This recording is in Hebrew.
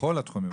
בכל התחומים,